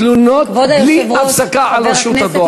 תלונות בלי הפסקה על רשות הדואר.